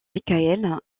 michael